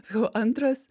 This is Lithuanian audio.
sakau antras